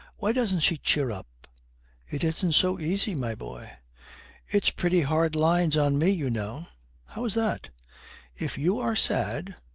why doesn't she cheer up it isn't so easy, my boy it's pretty hard lines on me, you know how is that if you are sad,